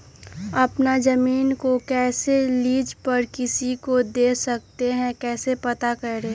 अपना जमीन को कैसे लीज पर किसी को दे सकते है कैसे पता करें?